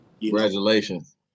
Congratulations